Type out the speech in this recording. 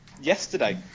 Yesterday